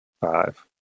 Five